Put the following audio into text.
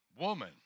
woman